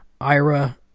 Ira